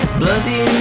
bloody